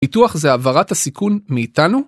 פיתוח זה העברת הסיכון מאיתנו